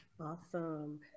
Awesome